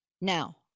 Now